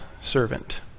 servant